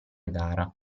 gara